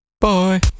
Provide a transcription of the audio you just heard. Bye